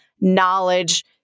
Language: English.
knowledge